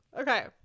okay